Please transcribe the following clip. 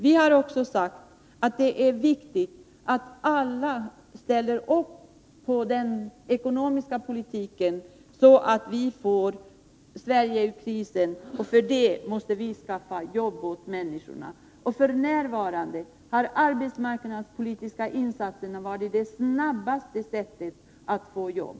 Vi har också sagt att det är viktigt att alla ställer upp på den ekonomiska politiken, så att vi får Sverige ur krisen, och för det måste vi skaffa jobb åt människorna. F.n. är de arbetsmarknadspolitiska insatserna det snabbaste sättet att åstadkomma jobb.